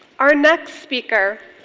our next speaker